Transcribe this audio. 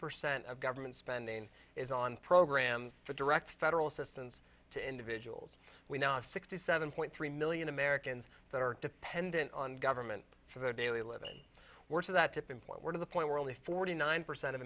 percent of government spending is on programs for direct federal assistance to individuals we now sixty seven point three million americans that are dependent on government for their daily living work to that tipping point where to the point where only forty nine percent of